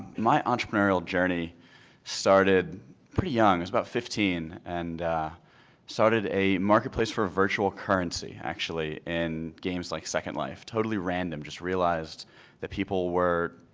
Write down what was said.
my entrepreneurial journey started pretty young. i was about fifteen and started a marketplace for virtual currency, actually, in games like second life. totally random, just realized that people were,